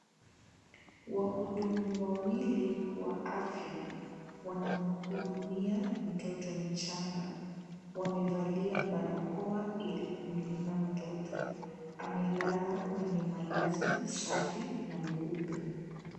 Wahudumu wawili wa afya, wanamhudumia mtoto mchanga. Wamevalia barakoa ili kulinda mtoto. Amelala kwenye malazi safi na meupe.